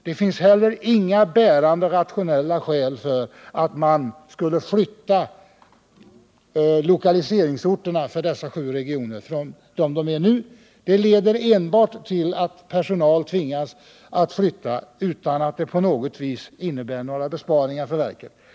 Det finns heller inga bärande rationella skäl för att flytta lokaliseringarna för dessa sju regioner från de orter där de är nu. Det leder enbart till att personal 151 tvingas flytta utan att det på något sätt innebär besparingar för verket.